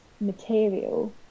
material